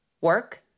work